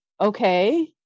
okay